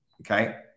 Okay